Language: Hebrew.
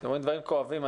אתם אומרים דברים כואבים.